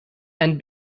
and